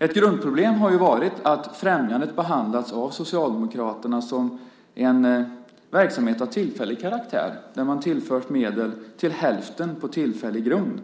Ett grundproblem har varit att främjandet behandlats av Socialdemokraterna som en verksamhet av tillfällig karaktär där man tillfört medel till hälften på tillfällig grund.